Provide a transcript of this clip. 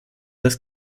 das